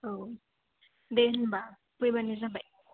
औ दे होमबा फैबानो जाबाय